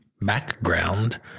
background